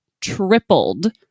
tripled